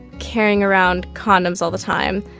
carrying around condoms all the time.